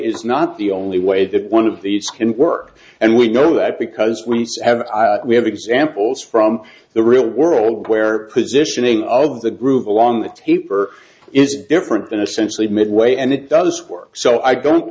is not the only way that one of these can work and we know that because we have we have examples from the real world where positioning of the groove along the taper is different than essentially midway and it does work so i don't